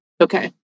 Okay